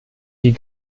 die